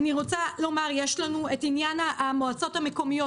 המועצות המקומיות,